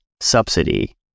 subsidy